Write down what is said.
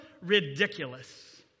ridiculous